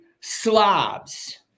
slobs